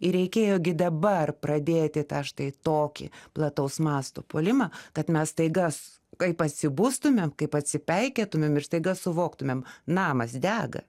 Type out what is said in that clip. ir reikėjo gi dabar pradėti tą štai tokį plataus masto puolimą kad mes staiga kaip atsibustumėm kaip atsipeikėtumėm ir staiga suvoktumėm namas dega